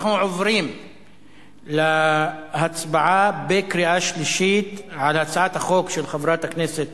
אנחנו עוברים להצבעה בקריאה שלישית על הצעת החוק של חברת הכנסת